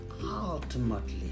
ultimately